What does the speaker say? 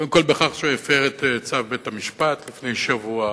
קודם כול בכך שהוא הפר את צו בית-המשפט לפני שבוע,